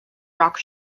rock